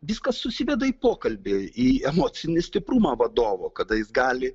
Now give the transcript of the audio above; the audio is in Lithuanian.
viskas susiveda į pokalbį į emocinį stiprumą vadovo kada jis gali